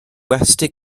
westy